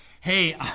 hey